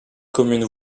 communes